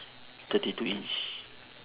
thirty two inch